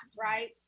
right